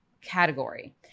category